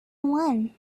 one